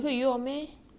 and then